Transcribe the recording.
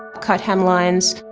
cut hem lines,